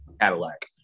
Cadillac